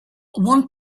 one